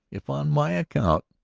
if on my account.